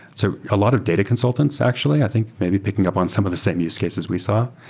so a lot of data consultants actually i think maybe picking up on some of the same use cases we saw.